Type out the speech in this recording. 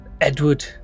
Edward